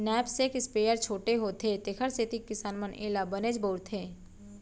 knapsack sprayer ह छोटे होथे तेकर सेती किसान मन एला बनेच बउरथे